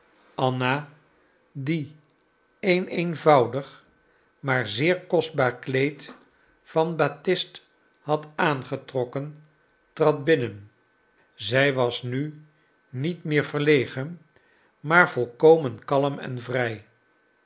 anna die een eenvoudig maar zeer kostbaar kleed van batist had aangetrokken trad binnen zij was nu niet meer verlegen maar volkomen kalm en vrij